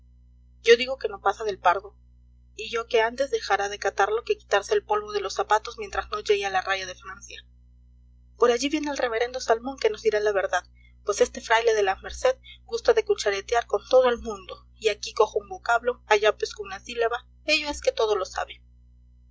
yo digo que no pasa del pardo y yo que antes dejará de catarlo que quitarse el polvo de los zapatos mientras no llegue a la raya de francia por allí viene el reverendo salmón que nos dirá la verdad pues este fraile de la merced gusta de cucharetear con todo el mundo y aquí cojo un vocablo allá pesco una sílaba ello es que todo lo sabe